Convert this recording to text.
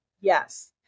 yes